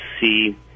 see